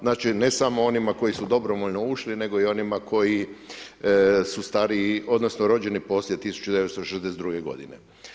Znači ne samo onima koji su dobrovoljno ušli nego i onima koji su stariji, odnosno rođeni poslije 1962. godine.